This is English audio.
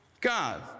God